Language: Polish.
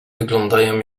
wyglądają